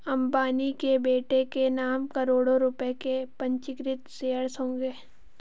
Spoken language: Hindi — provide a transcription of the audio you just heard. अंबानी के बेटे के नाम करोड़ों रुपए के पंजीकृत शेयर्स होंगे